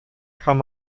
kann